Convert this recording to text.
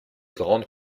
grandes